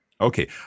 Okay